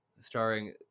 starring